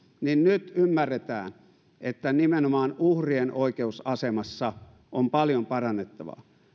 niin nyt ymmärretään että nimenomaan uhrien oikeusasemassa on paljon parannettavaa